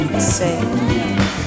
Say